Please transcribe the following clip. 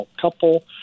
couple